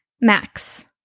Max